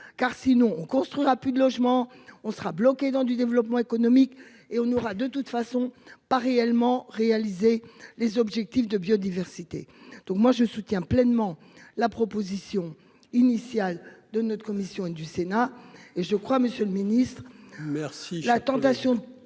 car sinon on construira plus de logements on sera bloqué dans du développement économique et on aura de toute façon pas réellement réaliser les objectifs de biodiversité. Donc moi je soutiens pleinement la proposition initiale de notre commission du Sénat et je crois, Monsieur le Ministre merci la tentation